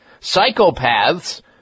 Psychopaths